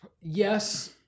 Yes